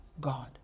God